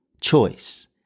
choice